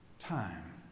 Time